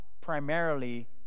primarily